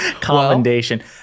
commendation